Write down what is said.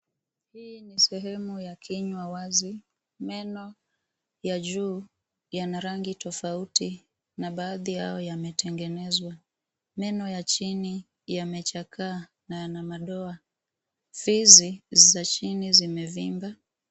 Hii ni sehemu ya kinywa wazi. Meno ya juu yana rangi tofauti, na baadhi yao yametengenezwa. Meno ya chini yamechakaa na yana madoa. Fizi za chini zimevimba.